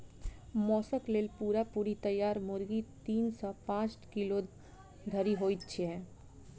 मौसक लेल पूरा पूरी तैयार मुर्गी तीन सॅ पांच किलो धरि होइत छै